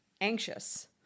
anxious